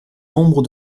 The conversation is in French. nombre